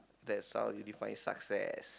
that's how you define success